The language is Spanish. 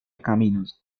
caminos